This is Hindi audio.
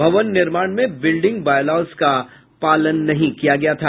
भवन निर्माण में बिल्डिंग बॉयलाज का पालन नहीं किया गया था